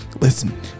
listen